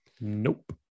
Nope